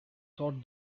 thought